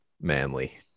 manly